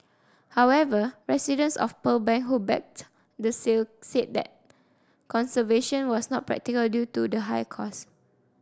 however residents of Pearl Bank who backed the sale said that conservation was not practical due to the high cost